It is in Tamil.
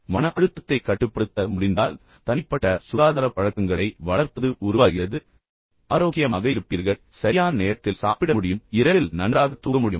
நீங்கள் மன அழுத்தத்தைக் கட்டுப்படுத்த முடிந்தால் தனிப்பட்ட சுகாதாரப் பழக்கங்களை வளர்ப்பது உருவாகிறது நீங்கள் ஆரோக்கியமாக இருப்பீர்கள் நீங்கள் சரியான நேரத்தில் சாப்பிட முடியும் இரவில் நீங்கள் நன்றாக தூங்க முடியும்